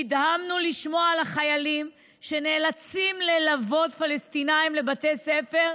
נדהמנו לשמוע על החיילים שנאלצים ללוות פלסטינים לבתי ספר,